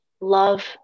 love